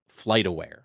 FlightAware